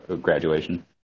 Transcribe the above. graduation